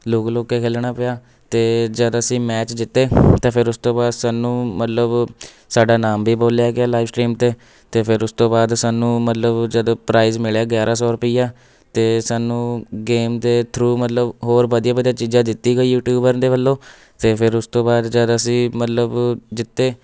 ਲੁਕ ਲੁਕ ਕੇ ਖੇਲਣਾ ਪਿਆ ਅਤੇ ਜਦ ਅਸੀਂ ਮੈਚ ਜਿੱਤੇ ਅਤੇ ਫਿਰ ਉਸ ਤੋਂ ਬਾਅਦ ਸਾਨੂੰ ਮਤਲਬ ਸਾਡਾ ਨਾਮ ਵੀ ਬੋਲਿਆ ਗਿਆ ਲਾਈਫ ਸਟਰੀਮ 'ਤੇ ਅਤੇ ਫਿਰ ਉਸ ਤੋਂ ਬਾਅਦ ਸਾਨੂੰ ਮਤਲਬ ਜਦ ਪ੍ਰਾਈਜ ਮਿਲਿਆ ਗਿਆਰ੍ਹਾਂ ਸੌ ਰੁਪਈਆ ਅਤੇ ਸਾਨੂੰ ਗੇਮ ਦੇ ਥਰੂ ਮਤਲਬ ਹੋਰ ਵਧੀਆ ਵਧੀਆ ਚੀਜ਼ਾਂ ਦਿੱਤੀ ਗਈ ਯੂਟਿਊਬਰ ਦੇ ਵੱਲੋਂ ਅਤੇ ਫਿਰ ਉਸ ਤੋਂ ਬਾਅਦ ਜਦ ਅਸੀਂ ਮਤਲਬ ਜਿੱਤੇ